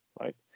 right